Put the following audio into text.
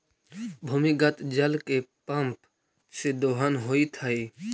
भूमिगत जल के पम्प से दोहन होइत हई